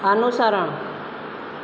અનુસરણ